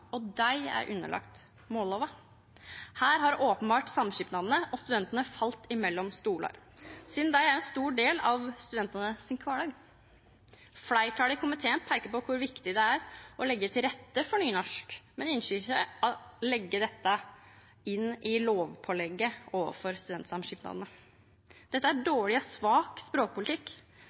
og underlagde mållova. Her har openbart samskipnadene og studentane falle mellom stoler, sidan dei er ein stor del av studentane sin kvardag. Fleirtalet i komiteen peikar på kor viktig det er å leggja til rette for nynorsk, men ynskjer ikkje å påleggja studentsamskipnadene dette ved lov. Dette er dårleg og svak språkpolitikk.